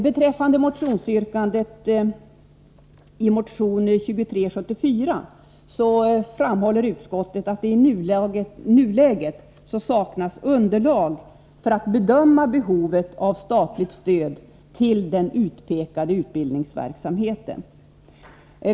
Beträffande motionsyrkandet i motion 2374 framhåller utskottet att det i nuläget saknas underlag för att bedöma behovet av statligt stöd till den ifrågavarande utbildningsverksamheten.